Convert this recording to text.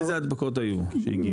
איזה הדבקות היו שהגיעו?